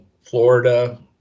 Florida